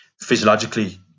physiologically